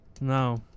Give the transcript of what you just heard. No